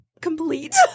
complete